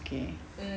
okay